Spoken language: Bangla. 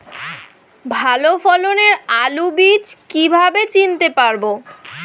ভালো ফলনের আলু বীজ কীভাবে চিনতে পারবো?